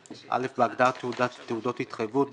(א) בהגדרה "תעודות התחייבות",